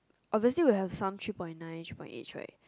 obviously will have some three point nine three point eights right